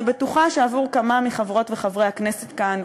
אני בטוחה שעבור כמה מחברות וחברי הכנסת כאן,